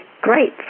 great